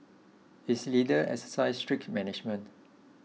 its leader exercise strict management